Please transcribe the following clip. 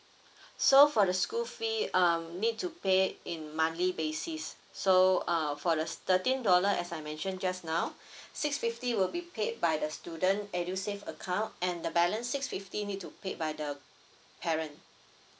so for the school fee um need to pay in monthly basis so uh for the thirteen dollar as I mentioned just now six fifty will be paid by the student edusave account and the balance six fifty need to paid by the parent